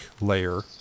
layer